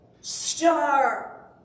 star